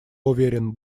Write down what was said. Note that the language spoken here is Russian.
уверен